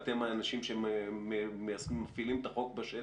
ואתם האנשים שמפעילים את החוק בשטח,